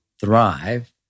thrive